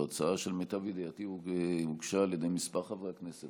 זאת הצעה שלמיטב ידיעתי הוגשה על ידי כמה חברי הכנסת,